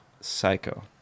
psycho